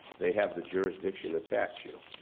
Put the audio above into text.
they have the jurisdiction to tax you,